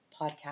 podcast